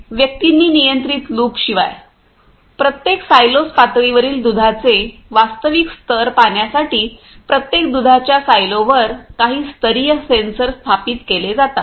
व्यक्तींनी नियंत्रित लूप शिवाय प्रत्येक सायलोस पातळीवरील दुधाचे वास्तविक स्तर पाहण्यासाठी प्रत्येक दुधाच्या सायलोवर काही स्तरीय सेन्सर स्थापित केले जातात